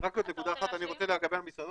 רק עוד נקודה אחת אני רוצה לגבי המסעדות,